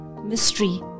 mystery